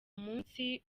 umunsi